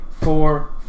four